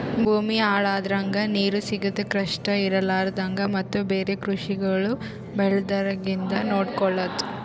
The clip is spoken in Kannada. ಭೂಮಿ ಹಾಳ ಆಲರ್ದಂಗ, ನೀರು ಸಿಗದ್ ಕಷ್ಟ ಇರಲಾರದಂಗ ಮತ್ತ ಬೇರೆ ಕಷ್ಟಗೊಳ್ ಬರ್ಲಾರ್ದಂಗ್ ನೊಡ್ಕೊಳದ್